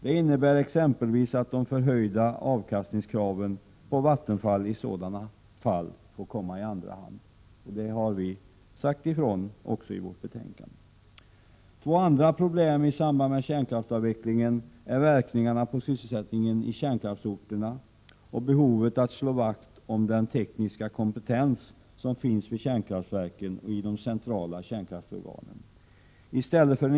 Det innebär exempelvis att de förhöjda avkastningskraven på Vattenfall får komma i andra hand. Det har vi också sagt i vårt betänkande. Två andra problem i samband med avvecklingen av kärnkraften är effekterna på sysselsättningen vid kärnkraftverksorterna och behovet av att slå vakt om den tekniska kompetens som finns vid kärnkraftverken och i de centrala kärnkraftsorganen.